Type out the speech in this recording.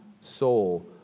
soul